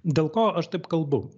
dėl ko aš taip kalbu